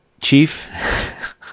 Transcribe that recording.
chief